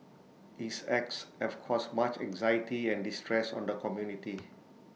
his acts have caused much anxiety and distress on the community